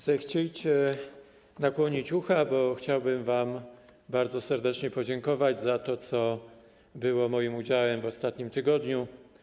Zechciejcie nakłonić ucha, bo chciałbym wam bardzo serdecznie podziękować za to, co było moim udziałem w ostatnim tygodniu.